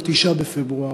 9 בפברואר,